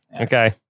Okay